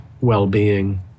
well-being